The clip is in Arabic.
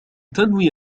تنوي